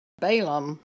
Balaam